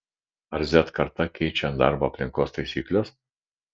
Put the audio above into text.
ar z karta keičia darbo aplinkos taisykles